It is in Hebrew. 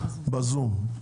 בזום.